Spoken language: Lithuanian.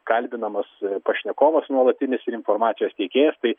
kalbinamas pašnekovas nuolatinis ir informacijos teikėjas tai